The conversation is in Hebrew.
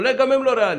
אולי גם הם לא ריאליים.